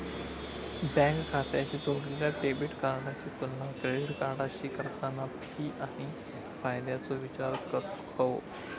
bank खात्याशी जोडलेल्या debit कार्डाची तुलना क्रेडिट कार्डाशी करताना फी आणि फायद्याचो विचार करूक हवो